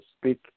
speak